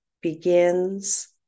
begins